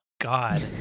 god